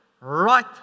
right